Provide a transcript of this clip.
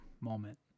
moment